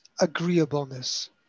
agreeableness